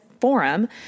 forum